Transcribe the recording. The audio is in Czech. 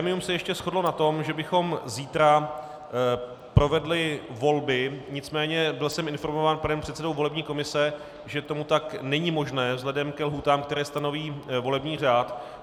Grémium se ještě shodlo na tom, že bychom zítra provedli volby, nicméně byl jsem informován panem předsedou volební komise, že to tak není možné vzhledem ke lhůtám, které stanoví volební řád.